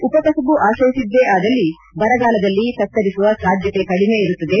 ಉಪಕಸುಬು ಆತ್ರಯಿಸಿದ್ದೇ ಆದಲ್ಲಿ ಬರಗಾಲದಲ್ಲಿ ತತ್ತರಿಸುವ ಸಾಧ್ಯತೆ ಕಡಿಮೆ ಇರುತ್ತದೆ